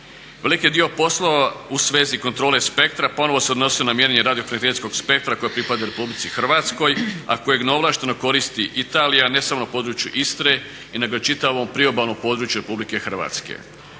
Veliki je dio poslova u svezi kontrole spektra ponovno se odnosio na mjerenje radio frekvencijskog spektra koji pripada RH a kojeg neovlašteno koristi Italija ne samo na području Istre, nego i čitavom priobalnom području RH.